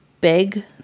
big